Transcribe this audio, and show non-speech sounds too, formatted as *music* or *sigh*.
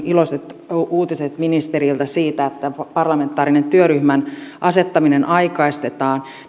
*unintelligible* iloiset uutiset ministeriltä siitä että parlamentaarisen työryhmän asettamista aikaistetaan